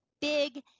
big